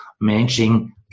Managing